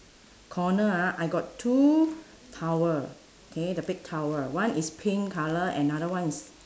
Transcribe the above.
corner ah I got two towel K the big towel one is pink colour another one is